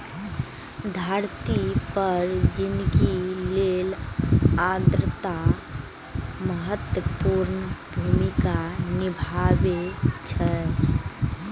धरती पर जिनगी लेल आर्द्रता महत्वपूर्ण भूमिका निभाबै छै